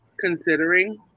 considering